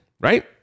right